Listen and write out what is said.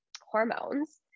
hormones